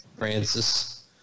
Francis